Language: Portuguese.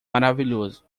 maravilhoso